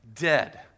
Dead